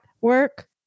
work